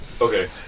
Okay